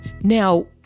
Now